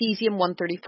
cesium-134